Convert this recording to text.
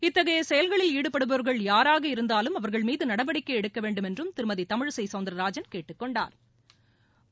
இத்தகைய செயல்களில் ஈடுபடுபவர்கள் யாராக இருந்தாலும் அவர்கள் மீது நடவடிக்கை எடுக்க வேண்டுமென்றும் திருமதி தமிழிசை சௌந்தா்ராஜன் கேட்டுக் கொண்டாா்